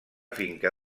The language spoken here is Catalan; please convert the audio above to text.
finca